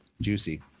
juicy